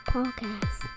Podcast